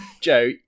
Joe